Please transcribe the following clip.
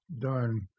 done